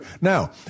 now